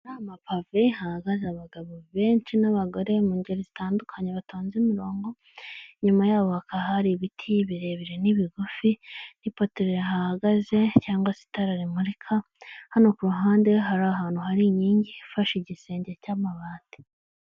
Ahantu hari amapave, hahagaze abagabo benshi n'abagore mu ngeri zitandukanye batonze imirongo. Inyuma yaho hakaba hari ibiti birebire ni'ibigufi n'ipoto rihahagaze cyangwa se itara rimurika. Hano kuruhande hari ahantu hari inkingi ifashe kugisenge cy'amabati.